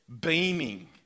beaming